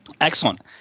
Excellent